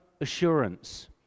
assurance